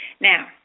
Now